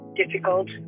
difficult